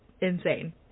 insane